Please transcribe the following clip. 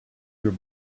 your